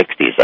60s